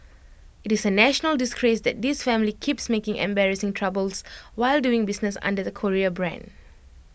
IT is A national disgrace that this family keeps making embarrassing troubles while doing business under the Korea brand